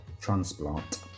transplant